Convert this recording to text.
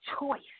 choice